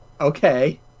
Okay